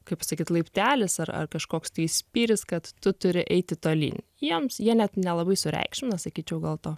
kaip pasakyti laiptelis ar ar kažkoks spyris kad tu turi eiti tolyn jiems jie net nelabai sureikšmina sakyčiaugal to